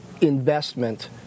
investment